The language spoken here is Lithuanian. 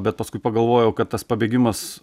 bet paskui pagalvojau kad tas pabėgimas